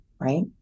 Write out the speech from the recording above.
Right